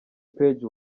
page